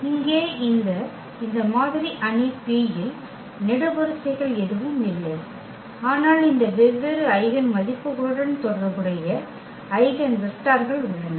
எனவே இங்கே இந்த மாதிரி அணி P இல் நெடுவரிசைகள் எதுவும் இல்லை ஆனால் இந்த வெவ்வேறு ஐகென் மதிப்புகளுடன் தொடர்புடைய ஐகென் வெக்டர்கள் உள்ளன